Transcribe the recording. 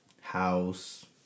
house